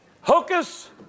hocus